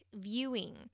viewing